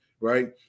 right